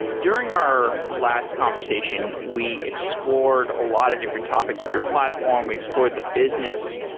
during our last conversation we explored a lot of different topics of your platform. we explored the business.